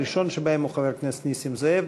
הראשון שבהם הוא חבר הכנסת נסים זאב,